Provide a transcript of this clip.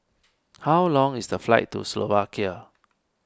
how long is the flight to Slovakia